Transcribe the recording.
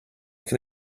can